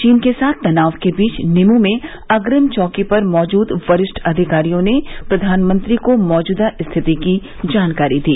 चीन के साथ तनाव के बीच निमू में अप्रिम चौकी पर मौजूद वरिष्ठ अधिकारियों ने प्रधानमंत्री को मौजूदा स्थिति की जानकारी दी